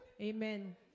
Amen